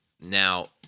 Now